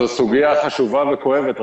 זו סוגיה חשובה וכואבת,